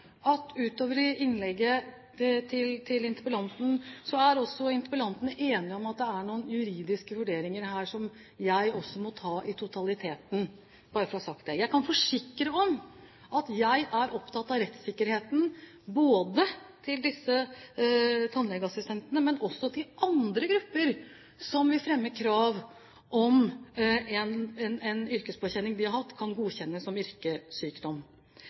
også utover i innlegget til interpellanten at også interpellanten er enig i at det er noen juridiske vurderinger her som jeg også må ta med i totaliteten – bare for å ha sagt det. Jeg kan forsikre om at jeg er opptatt av rettssikkerheten, både for disse tannlegeassistentene og for andre grupper som vil fremme krav om hvorvidt en yrkespåkjenning de har hatt, kan godkjennes som